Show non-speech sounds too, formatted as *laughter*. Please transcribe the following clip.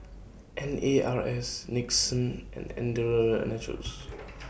N A R S Nixon and Andalou Naturals *noise*